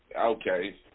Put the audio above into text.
okay